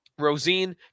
Rosine